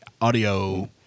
audio